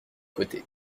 côtés